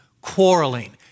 quarreling